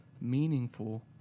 meaningful